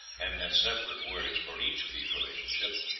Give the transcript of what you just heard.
and had separate words for each of these relationships,